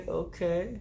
okay